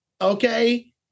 okay